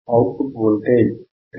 out put voltage 2